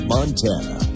Montana